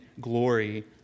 glory